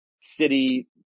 city